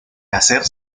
hacer